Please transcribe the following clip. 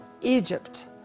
Egypt